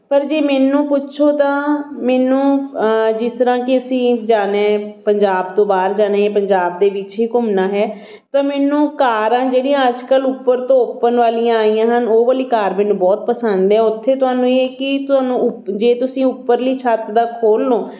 ਪਰ ਜੇ ਮੈਨੂੰ ਪੁੱਛੋ ਤਾਂ ਮੈਨੂੰ ਜਿਸ ਤਰ੍ਹਾਂ ਕਿ ਅਸੀਂ ਜਾਂਦੇ ਪੰਜਾਬ ਤੋਂ ਬਾਹਰ ਜਾਂਦੇ ਪੰਜਾਬ ਦੇ ਵਿੱਚ ਹੀ ਘੁੰਮਣਾ ਹੈ ਤਾਂ ਮੈਨੂੰ ਕਾਰਾਂ ਜਿਹੜੀਆਂ ਅੱਜ ਕੱਲ੍ਹ ਉੱਪਰ ਤੋਂ ਓਪਨ ਵਾਲੀਆਂ ਆਈਆਂ ਹਨ ਉਹ ਵਾਲੀ ਕਾਰ ਮੈਨੂੰ ਬਹੁਤ ਪਸੰਦ ਹੈ ਉੱਥੇ ਤੁਹਾਨੂੰ ਇਹ ਕਿ ਤੁਹਾਨੂੰ ਉੱ ਜੇ ਤੁਸੀਂ ਉੱਪਰਲੀ ਛੱਤ ਦਾ ਖੋਲ੍ਹ ਲਉ